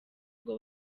ubwo